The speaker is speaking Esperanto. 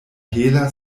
hela